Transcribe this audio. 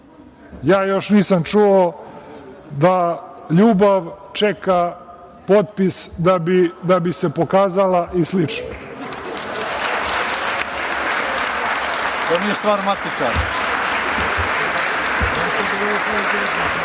Ja još nisam čuo da ljubav čeka potpis da bi se pokazala i slično. To možda ima